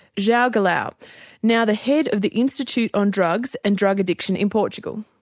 joao goulao, now the head of the institute on drugs and drug addiction in portugal.